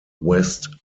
west